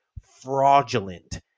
fraudulent